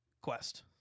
quest